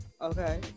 Okay